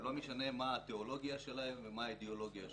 ולא משנה אם התיאולוגיה שלהם ומה האידיאולוגיה שלהם.